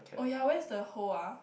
oh yah where's the hole ah